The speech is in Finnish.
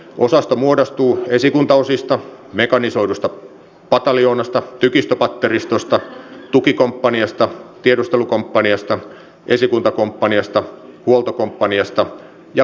osasto muodostuu esikuntaosista mekanisoidusta pataljoonasta tykistöpatteristosta tukikomppaniasta tiedustelukomppaniasta esikuntakomppaniasta huoltokomppaniasta ja pioneeriosastosta